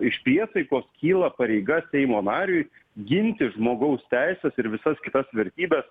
iš priesaikos kyla pareiga seimo nariui ginti žmogaus teises ir visas kitas vertybes